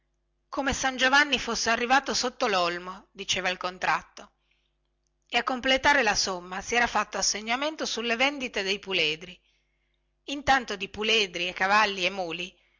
come san giovanni fosse arrivato sotto lolmo diceva il contratto e a completare la somma si era fatto assegnamento sulla vendita dei puledri intanto di puledri e cavalli e muli